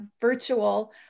virtual